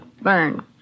Burn